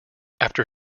after